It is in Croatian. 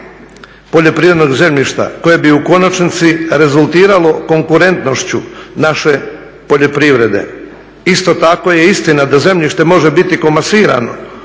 poljoprivrednog zemljišta koje bi u konačnici rezultiralo konkurentnošću naše poljoprivrede. Isto tako je istina da zemljište može biti komasirano,